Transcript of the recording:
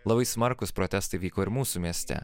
labai smarkūs protestai vyko ir mūsų mieste